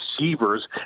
receivers